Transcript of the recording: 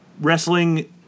wrestling